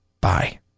bye